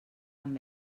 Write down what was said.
amb